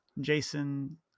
Jason